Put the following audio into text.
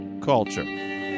Culture